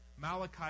Malachi